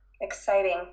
exciting